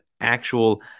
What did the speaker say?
actual